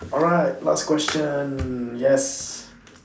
alright last question yes